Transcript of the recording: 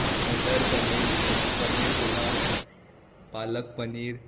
मटर paneer paneer pulao palak paneer